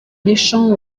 méchant